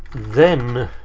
then.